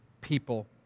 people